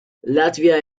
latvia